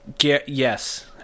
yes